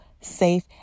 safe